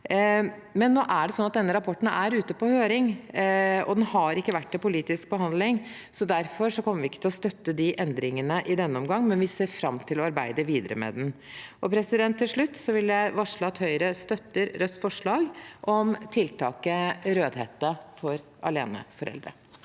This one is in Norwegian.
Denne rapporten er ute på høring, og den har ikke vært til politisk behandling. Derfor kommer vi ikke til å støtte de endringene i denne omgang, men vi ser fram til å arbeide videre med det. Til slutt vil jeg varsle at Høyre støtter Rødts forslag om tiltaket Rødhette for aleneforeldre.